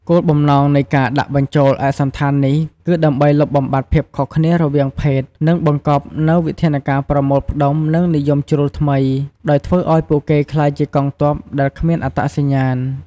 គោលបំណងនៃការដាក់បញ្ចូលឯកសណ្ឋាននេះគឺដើម្បីលុបបំបាត់ភាពខុសគ្នារវាងភេទ និងបង្កប់នូវវិធានការប្រមូលផ្តុំ និងនិយមជ្រុលថ្មី ដោយធ្វើឱ្យពួកគេក្លាយជាកងទ័ពដែលគ្មានអត្តសញ្ញាណ។